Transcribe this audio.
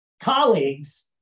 colleagues